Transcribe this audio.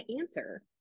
answer